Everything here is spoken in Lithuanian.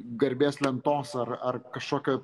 garbės lentos ar ar kažkokio